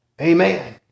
Amen